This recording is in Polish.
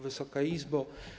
Wysoka Izbo!